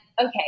okay